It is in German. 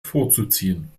vorzuziehen